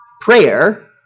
prayer